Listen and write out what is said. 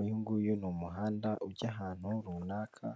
Uyu nguyu ni umuhanda ujya ahantu runaka,